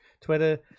Twitter